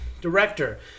director